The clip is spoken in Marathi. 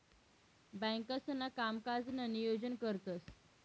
बँकांसणा कामकाजनं नियोजन करतंस